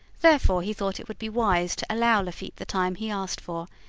therefore he thought it would be wise to allow lafitte the time he asked for,